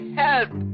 help